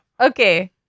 Okay